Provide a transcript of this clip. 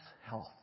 health